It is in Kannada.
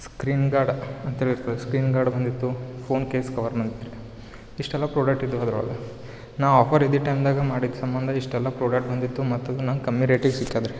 ಸ್ಕ್ರೀನ್ ಗಾರ್ಡ ಅಂತೇಳಿ ಇರ್ತದೆ ಸ್ಕ್ರೀನ್ ಗಾರ್ಡ್ ಬಂದಿತ್ತು ಫೋನ್ ಕೇಸ್ ಕವರ್ ನಂತರ ಇಷ್ಟೆಲ್ಲಾ ಪ್ರೊಡಕ್ಟ್ ಇದ್ದಾವೆ ಅದ್ರೊಳಗೆ ನಾ ಆಫರ್ ಇದ್ದಿದ್ದು ಟೈಮ್ನಾಗ ಮಾಡಿದ ಸಂಬಂಧ ಇಷ್ಟೆಲ್ಲ ಪ್ರೊಡಕ್ಟ್ ಬಂದಿತ್ತು ಮತ್ತು ಅದು ನಂಗೆ ಕಮ್ಮಿ ರೇಟಿಗೆ ಸಿಕ್ಕದ ರೀ